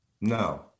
No